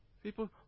People